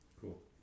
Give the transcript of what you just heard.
Cool